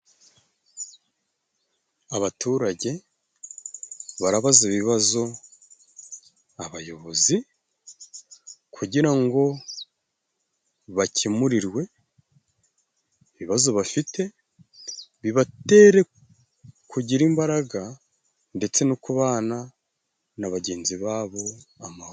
Abaturage barabaza ibibazo abayobozi, kugira ngo bakemurirwe ibibazo bafite. Bibatere kugira imbaraga, ndetse no kubana na bagenzi babo amahoro.